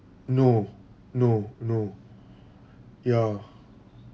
no no no ya